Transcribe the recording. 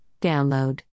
Download